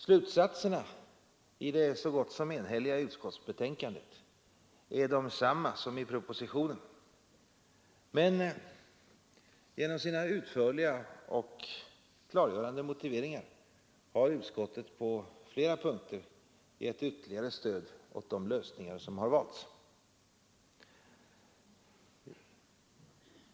Slutsatserna i det så gott som enhälliga utskottsbetänkandet är desamma som i propositionen. Men genom sina utförliga och klargörande motiveringar har utskottet på flera punkter givit ytterligare stöd åt de lösningar som har valts.